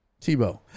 Tebow